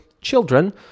children